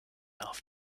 auf